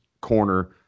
corner